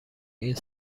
این